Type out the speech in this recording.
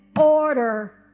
order